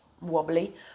wobbly